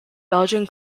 belgian